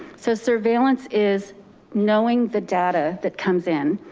so surveillance is knowing the data that comes in,